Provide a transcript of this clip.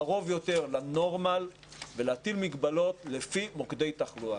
קרוב יותר לנורמל ולהטיל מגבלות לפי מוקדי תחלואה.